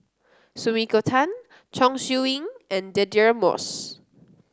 Sumiko Tan Chong Siew Ying and Deirdre Moss